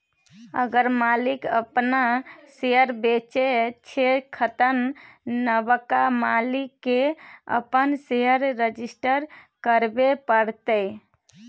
अगर मालिक अपन शेयर बेचै छै तखन नबका मालिक केँ अपन शेयर रजिस्टर करबे परतै